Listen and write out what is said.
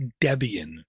Debian